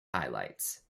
highlights